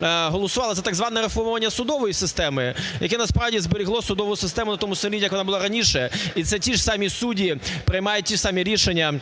за так зване реформування судової системи, яке насправді зберегло судову систему на тому самому місці, як вона була раніше, і це ті ж самі судді приймають ті ж самі рішення,